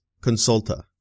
consulta